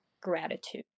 gratitude